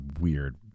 weird